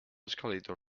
escalator